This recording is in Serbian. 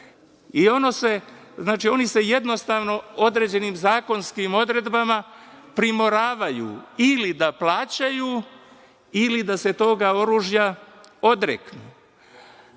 lica i, znači, oni se jednostavno određenim zakonskim odredbama primoravaju ili da plaćaju ili da se toga oružja odreknu. Ako